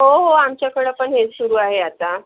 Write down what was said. हो हो आमच्याकडं पण हेच सुरु आहे आता